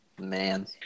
Man